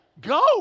Go